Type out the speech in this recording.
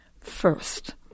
first